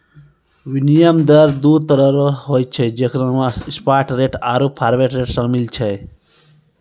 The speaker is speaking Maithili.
विनिमय दर दु तरहो के होय छै जेकरा मे स्पाट रेट आरु फारवर्ड रेट शामिल छै